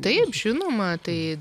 taip žinoma tai